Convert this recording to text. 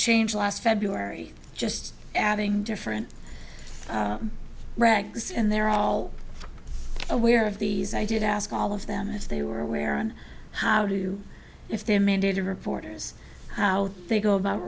change last february just adding different rags and they're all aware of these i did ask all of them if they were aware on how do you if they're mandated reporters how they go about